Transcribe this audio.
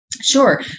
sure